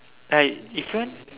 like if you want